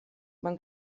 van